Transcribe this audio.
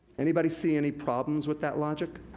anybody see any problems with that logic?